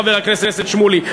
חבר הכנסת שמולי,